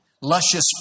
luscious